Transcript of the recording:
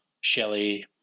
Shelley